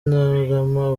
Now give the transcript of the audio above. ntarama